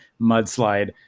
mudslide